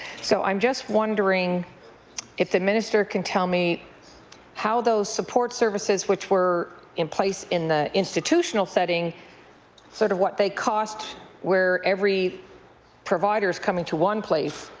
so i'm just wondering if the minister can tell me how those support services which were in place in the institutional setting sort of what they cost where every provider is coming to one place,